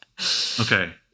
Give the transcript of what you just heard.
Okay